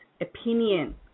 opinion